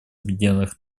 объединенных